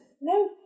No